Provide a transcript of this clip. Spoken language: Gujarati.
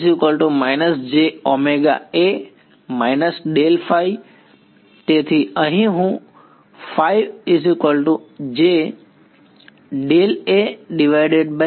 તેથી અહીં હું લખી શકું છું